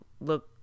look